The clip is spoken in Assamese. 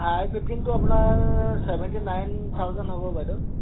আই ফিফটিনটো আপোনাৰ ছেভেণ্টি নাইন থাউজেণ্ড হ'ব বাইদেউ